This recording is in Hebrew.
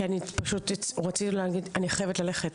כי אני פשוט חייבת ללכת.